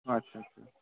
আচ্ছা আচ্ছা